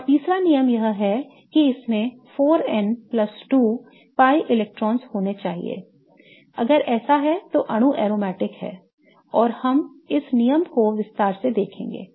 और तीसरा नियम यह है कि इसमें 4n 2 pi इलेक्ट्रॉन होने चाहिए अगर ऐसा है तो अणु aromatic है और हम इस नियम को विस्तार से देखेंगे